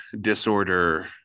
disorder